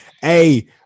Hey